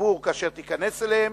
הדיבור כאשר תיכנס אליהם.